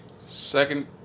Second